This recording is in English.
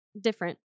different